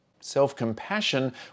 Self-compassion